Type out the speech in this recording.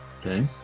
Okay